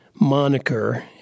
moniker